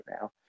now